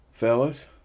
Fellas